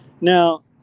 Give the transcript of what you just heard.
Now